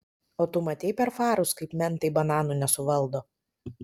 o tu matei per farus kaip mentai bananų nesuvaldo